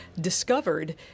discovered